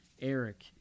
Eric